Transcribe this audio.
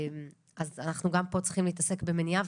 אז אנחנו גם פה צריכים להתעסק במניעה,